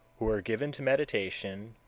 who are given to meditation,